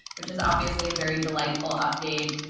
which is obviously a very delightful update.